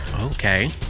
Okay